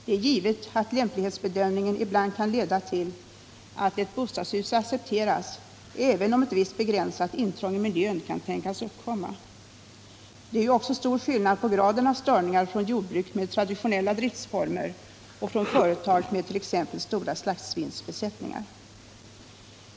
Det är givet att lämplighetsbedömningen ibland kan leda till att ett bostadshus accepteras, även om ett visst begränsat intrång i miljön kan tänkas uppkomma. Det är ju stor skillnad på graden av störningar från jordbruk med traditionella driftsformer och från företag med t.ex. stora slaktsvinsbesättningar.